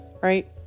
right